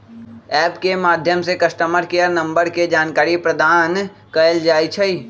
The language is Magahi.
ऐप के माध्यम से कस्टमर केयर नंबर के जानकारी प्रदान कएल जाइ छइ